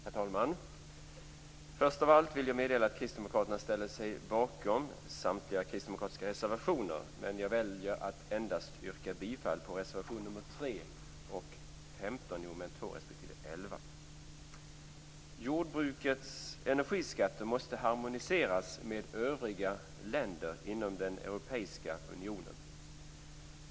Herr talman! Först av allt vill jag meddela att Kristdemokraterna ställer sig bakom samtliga kristdemokratiska reservationer, men jag väljer att yrka bifall endast till reservationerna nr 3 och 15 under mom. 2 respektive 11. Jordbrukets energiskatter måste harmoniseras med övriga länder inom den europeiska unionen.